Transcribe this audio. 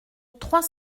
trois